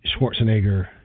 Schwarzenegger